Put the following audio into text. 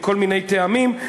מכל מיני טעמים.